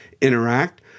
interact